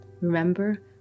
Remember